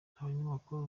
abanyamakuru